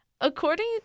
According